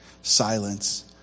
silence